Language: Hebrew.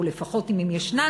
או לפחות אם הן ישנן,